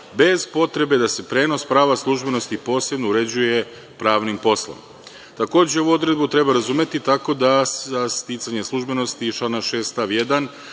bez potrebe da se prenos prava službenosti posebno uređuje pravnim poslom. Takođe ovu odredbu treba razumeti tako da sticanje službenosti iz člana 6.